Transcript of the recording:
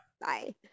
Bye